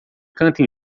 canta